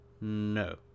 No